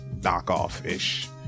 knockoff-ish